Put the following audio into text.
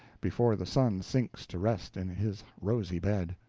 before the sun sinks to rest in his rosy bed.